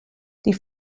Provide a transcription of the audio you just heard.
die